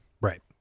right